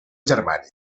germànic